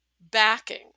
backing